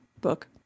book